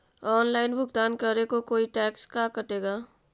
Online भुगतान करे को कोई टैक्स का कटेगा?